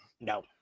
No